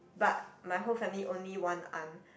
but my whole family only one aunt